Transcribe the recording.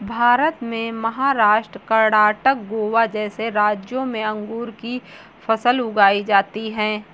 भारत में महाराष्ट्र, कर्णाटक, गोवा जैसे राज्यों में अंगूर की फसल उगाई जाती हैं